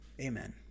amen